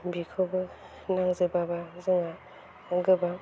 बेखौबो नांजोबाबा जोंहा गोबां